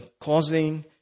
causing